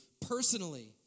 personally